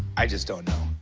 i just don't know.